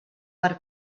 per